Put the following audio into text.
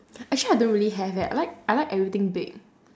actually I don't really have eh I like I like everything big